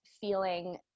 feeling